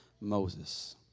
Moses